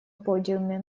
подиуме